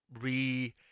re